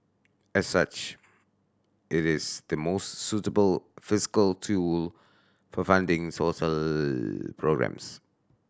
as such it is the most suitable fiscal tool for funding social programmes